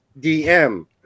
DM